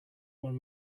one